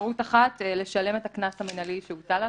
אפשרות אחת, לשלם את הקנס המינהלי שהוטל עליו.